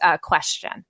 question